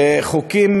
חוקים